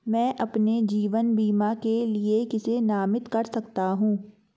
मैं अपने जीवन बीमा के लिए किसे नामित कर सकता हूं?